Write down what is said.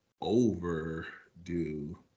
overdo